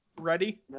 ready